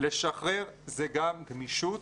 לשחרר זאת גם גמישות,